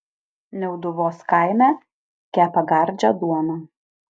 niauduvos kaime kepa gardžią duoną